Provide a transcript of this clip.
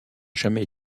jamais